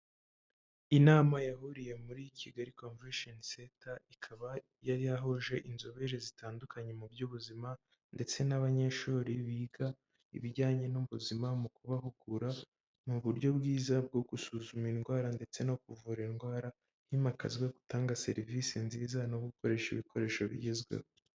Inama yahuriye muri Kigali convention center, ikaba yari yahuje inzobere zitandukanye mu by'ubuzima ndetse n'abanyeshuri biga ibijyanye n'ubuzima mu kubahugura, ni uburyo bwiza bwo gusuzuma indwara ndetse no kuvura indwara himakazwa gutanga serivisi nziza no gukoresha ibikoresho bigezweho.